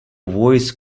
voice